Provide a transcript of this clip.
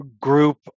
group